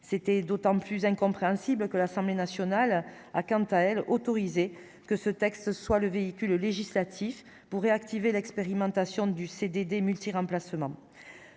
c'était d'autant plus incompréhensible que l'Assemblée nationale a quant à elle, autorisée que ce texte soit le véhicule législatif pour réactiver l'expérimentation du CDD multi- remplacement